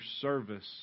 service